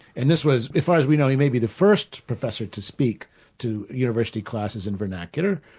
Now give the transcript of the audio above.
and this was as far as we know he may be the first professor to speak to university classes in vernacular,